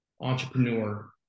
entrepreneur